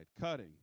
cutting